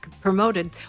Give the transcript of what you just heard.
promoted